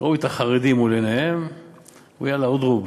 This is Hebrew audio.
ראו את החרדים מול עיניהם, ויאללה, אודרוב,